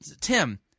Tim